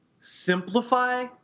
simplify